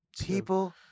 people